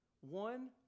one